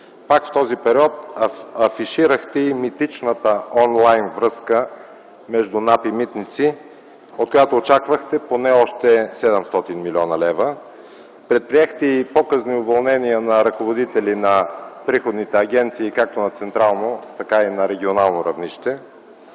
Пак в този период афиширахте митичната онлайн връзка между НАП и „Митници”, от която очаквахте поне още 700 млн. лв. Предприехте и показни уволнения на ръководители на приходните агенции както на централно, така и на регионално равнище.